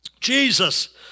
Jesus